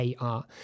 AR